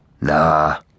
Nah